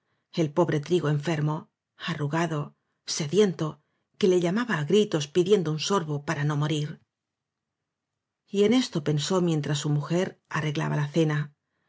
el pobre trigo enfermo arrugado sediento que le llamaba á gritos pidiendo un sorbo para no morir y en esto pensó mientras su mujer arre glaba la cena